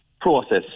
process